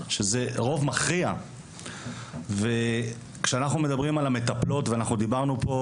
שזה רוב מכריע וכשאנחנו מדברים על המטפלות ואנחנו דיברנו פה,